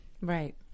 Right